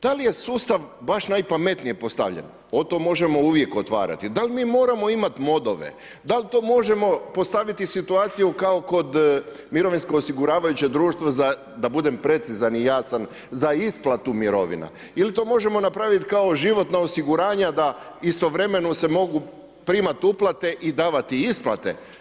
Da li je sustav baš najpametnije postavljen, o tome možemo uvijek otvarati, da li moramo imati modove, da li to možemo postaviti situaciju kao kod mirovinsko osiguravajućeg društva za, da budem precizan i jasan za isplatu mirovina ili to možemo napraviti kao životna osiguranja da istovremeno se mogu primati uplate i davati isplate.